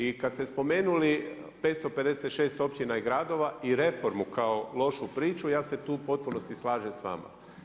I kad ste spomenuli 556 općina i gradova i reformu kao lošu priču, ja se tu u potpunosti slažem s vama.